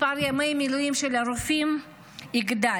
מספר ימי מילואים של הרופאים יגדל,